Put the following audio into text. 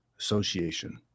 Association